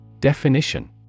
Definition